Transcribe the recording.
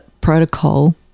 protocol